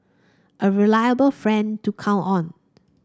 a reliable friend to count on